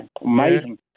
amazing